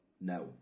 no